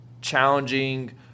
challenging